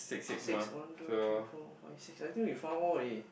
six one two three four five six I think we found all already